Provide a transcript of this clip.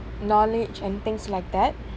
knowledge and things like that